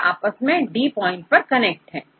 यह आपस मेंD पॉइंट पर कनेक्ट है